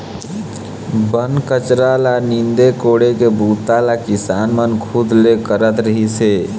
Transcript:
बन कचरा ल नींदे कोड़े के बूता ल किसान मन खुद ले करत रिहिस हे